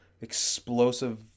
explosive